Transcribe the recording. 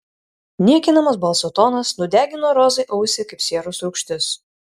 niekinamas balso tonas nudegino rozai ausį kaip sieros rūgštis